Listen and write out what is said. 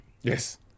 Yes